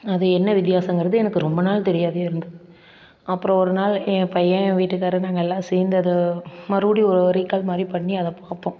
அது என்ன வித்தியாசங்கிறது எனக்கு ரொம்ப நாள் தெரியாதே இருந்தது அப்பறம் ஒரு நாள் என் பையன் என் வீட்டுக்காரு நாங்கள் எல்லாம் சேர்ந்து அது மறுபடியும் ஓ ரீக்கால் மாதிரி பண்ணி அதை பார்ப்போம்